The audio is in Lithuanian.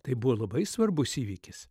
tai buvo labai svarbus įvykis